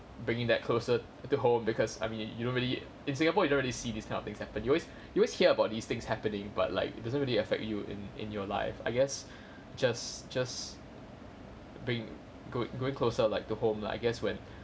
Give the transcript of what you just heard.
bringing that closer to home because I mean you don't really in singapore you don't really see this kind of things happen you always you always hear about these things happening but like it doesn't really affect you in in your life I guess just just bring go going closer like to home lah I guess when